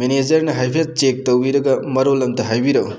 ꯃꯦꯅꯦꯖꯔꯅ ꯍꯥꯏꯐꯦꯠ ꯆꯦꯛ ꯇꯧꯕꯤꯔꯒ ꯃꯔꯣꯜ ꯑꯝꯇ ꯍꯥꯏꯕꯤꯔꯛꯎ